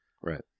Right